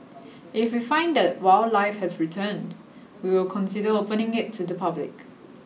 if we find that wildlife has returned we will consider opening it to the public